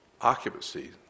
occupancy